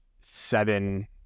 seven